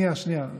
שנייה, שנייה.